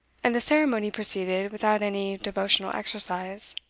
and the ceremony proceeded without any devotional exercise.